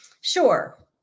Sure